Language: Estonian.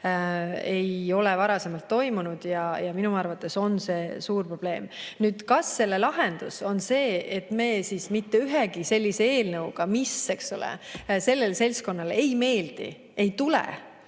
ei ole varasemalt toimunud ja minu arvates on see suur probleem. Kas lahendus on see, et me mitte ühegi sellise eelnõuga, mis sellele seltskonnale ei meeldi, siia